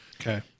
Okay